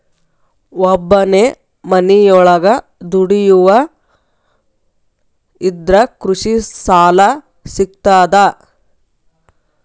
ಒಬ್ಬನೇ ಮನಿಯೊಳಗ ದುಡಿಯುವಾ ಇದ್ರ ಕೃಷಿ ಸಾಲಾ ಸಿಗ್ತದಾ?